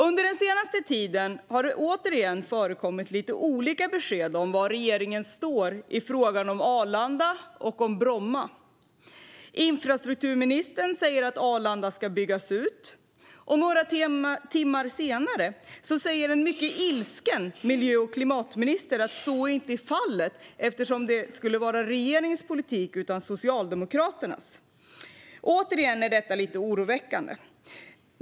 Under den senaste tiden har det återigen förekommit lite olika besked om var regeringen står i frågan om Arlanda och Bromma. Infrastrukturministern säger att Arlanda ska byggas ut. Några timmar senare säger en mycket ilsken miljö och klimatminister att så inte är fallet och att det inte är regeringens politik utan Socialdemokraternas. Återigen är detta lite oroväckande.